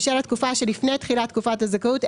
בשל התקופה שלפני תחילת תקופת הזכאות,